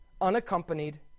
unaccompanied